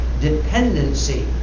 dependency